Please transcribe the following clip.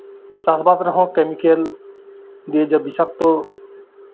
ᱪᱟᱥᱵᱟᱥ ᱨᱮᱦᱚᱸ ᱠᱮᱢᱤᱠᱮᱞ ᱫᱤᱭᱮ ᱵᱤᱥᱟᱠᱛᱚ